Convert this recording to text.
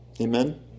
Amen